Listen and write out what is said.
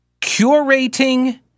curating